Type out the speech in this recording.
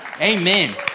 amen